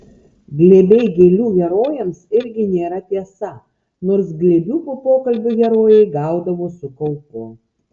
glėbiai gėlių herojams irgi nėra tiesa nors glėbių po pokalbių herojai gaudavo su kaupu